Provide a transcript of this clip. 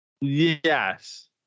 Yes